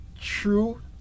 true